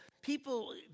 people